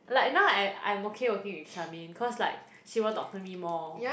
like now I I'm okay working with Charmaine cause like she will talk to me more